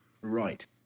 Right